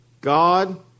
God